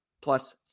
plus